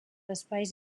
espais